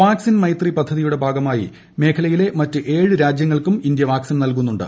vaccine Maitri പദ്ധതിയുടെ ഭാഗമായി മേഖലയിലെ മറ്റ് ഏഴ് രാജ്യങ്ങൾക്കും ഇന്ത്യ വാക്സിൻ നൽകുന്നുണ്ട്